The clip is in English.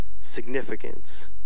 significance